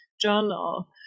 journal